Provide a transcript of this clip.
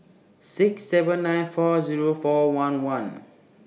six seven nine four Zero four one one